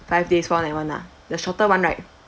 five days four night one ah the shorter [one] right